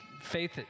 faith